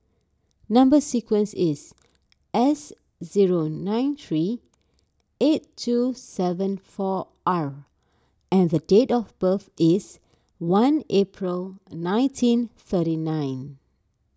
Number Sequence is S zero nine three eight two seven four R and date of birth is one April nineteen thirty nine